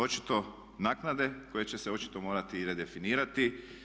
Očito naknade koje će se očito morati i redefinirati.